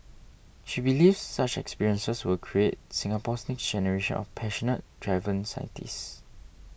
she believes such experiences will create Singapore's next generation of passionate driven scientists